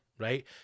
right